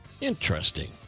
Interesting